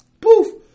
poof